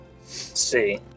see